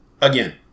again